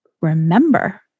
remember